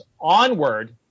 onward